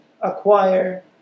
acquire